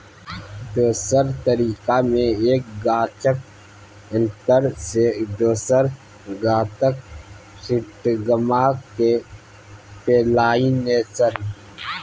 दोसर तरीका मे एक गाछक एन्थर सँ दोसर गाछक स्टिगमाक पोलाइनेशन